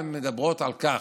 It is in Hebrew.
מדברות על כך,